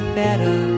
better